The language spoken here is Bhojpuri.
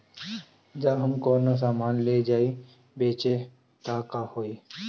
जब हम कौनो सामान ले जाई बेचे त का होही?